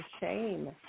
shame